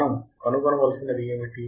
మనం కనుగొనవలసినది ఏమిటి